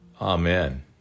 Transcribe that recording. Amen